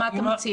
אז מה אתה מציע?